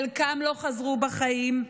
חלקם לא חזרו בחיים,